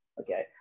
Okay